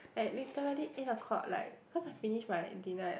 at literally eight O-clock like cause I finished my dinner at like